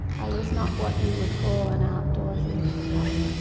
i was not what you would call an outdoorsy type.